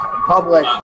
public